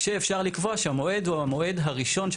כשאפשר לקבוע שהמועד הוא המועד הראשון של